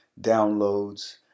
downloads